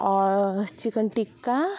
chicken tikka